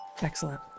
Excellent